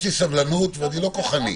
יש לי סבלנות ואני לא כוחני.